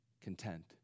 content